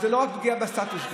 זה לא רק פגיעה בסטטוס קוו.